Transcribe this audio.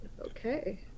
Okay